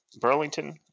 Burlington